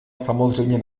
samozřejmě